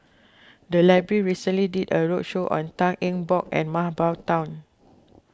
the library recently did a roadshow on Tan Eng Bock and Mah Bow Tan